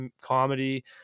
comedy